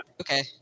Okay